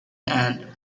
and